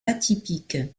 atypique